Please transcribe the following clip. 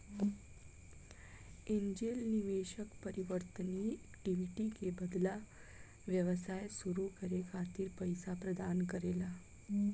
angel निवेशक परिवर्तनीय equity के बदला व्यवसाय सुरू करे खातिर पईसा प्रदान करेला